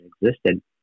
existed